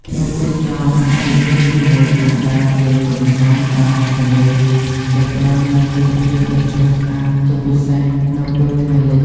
ភ្ញៀវទេសចរអាចរីករាយជាមួយការដើរលេងកម្សាន្តតាមមាត់ទន្លេ ដែលផ្តល់នូវទិដ្ឋភាពដ៏ស្រស់ស្អាត ជាពិសេសនៅពេលថ្ងៃលិច។